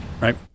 right